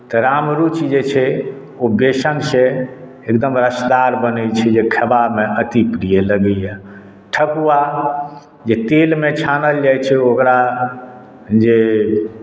तऽ रामरुचि जे छै ओ बेसनसे एकदम रसदार बनैत छै जे खएबामे अति प्रिय लगैए ठकुआ जे तेलमे छानल जाइत छै ओकरा जे